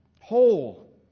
Whole